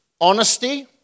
honesty